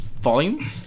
volume